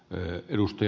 eu edustaj